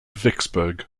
vicksburg